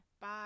Bye